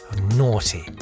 Naughty